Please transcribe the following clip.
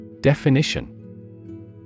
Definition